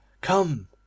Come